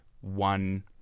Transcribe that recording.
one